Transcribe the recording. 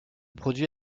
produit